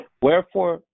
Wherefore